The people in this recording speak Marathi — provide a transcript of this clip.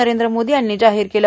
नरेंद्र मोदी यांनी जाहीर केलं